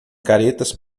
caretas